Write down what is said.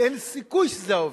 אין סיכוי שזה היה עובר.